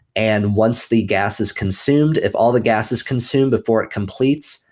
and once the gas is consumed, if all the gas is consumed before it completes,